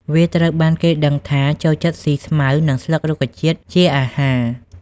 វាត្រូវបានគេដឹងថាចូលចិត្តស៊ីស្មៅ និងស្លឹករុក្ខជាតិជាអាហារ។